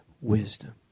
Wisdom